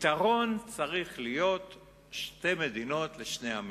שהפתרון צריך להיות שתי מדינות לשני עמים,